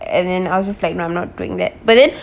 and then I was just like no I'm not doing that but then